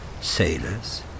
Sailors